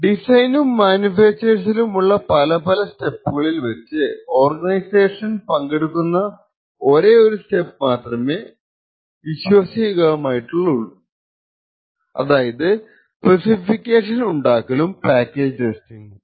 ഡിസൈനും മാനുഫാക്ചറിലുമുള്ള പല പല സ്റ്റെപ്പുകളിൽ വച്ച് ഓർഗനൈസഷൻ പങ്കെടുക്കുന്ന ഒരേ ഒരു സ്റ്റെപ് മാത്രമേ വിശ്വാസയോഗ്യമായിട്ടുള്ളുഅതാണ് സ്പെസിഫിക്കേഷൻ ഉണ്ടാക്കലും പാക്കേജ് ടെസ്റ്റിംഗും